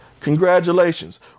congratulations